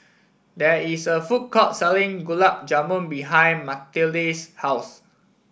there is a food court selling Gulab Jamun behind Mathilde's house